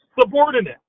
subordinate